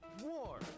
war